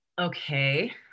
Okay